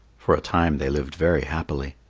for a time they lived very happily.